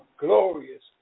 glorious